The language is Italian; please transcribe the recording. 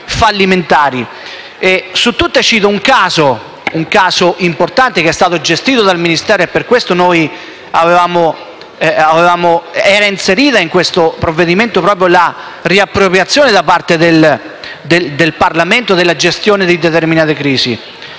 su tutti un caso importante che è stato gestito dal Ministero, motivo per il quale era inserita nel provvedimento la norma per la riappropriazione da parte del Parlamento della gestione di determinate crisi.